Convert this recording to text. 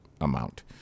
amount